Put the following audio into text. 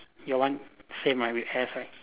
your one same might be has ah